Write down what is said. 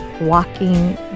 walking